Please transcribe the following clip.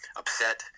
upset